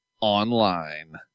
Online